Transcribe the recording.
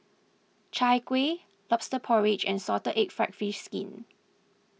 Chai Kueh Lobster Porridge and Salted Egg Fried Fish Skin